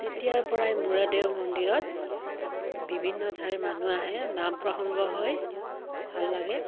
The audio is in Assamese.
তেতিয়াৰ পৰাই মূৰাদেউ মন্দিৰত বিভিন্ন ঠাইৰ মানুহ আহে নাম প্ৰসংগ হৈ ভাল লাগে